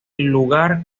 lugar